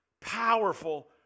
powerful